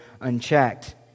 unchecked